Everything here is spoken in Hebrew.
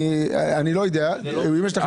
אני לא יודע, אם יש לכם תשובה.